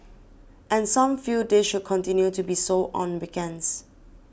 and some feel this should continue to be so on weekends